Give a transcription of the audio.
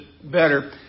better